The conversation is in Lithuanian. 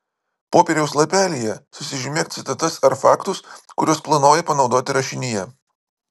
popieriaus lapelyje susižymėk citatas ar faktus kuriuos planuoji panaudoti rašinyje